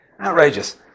Outrageous